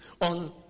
on